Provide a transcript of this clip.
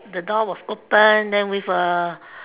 the door was open then with a